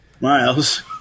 miles